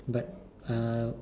but uh